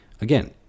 again